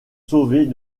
sauvés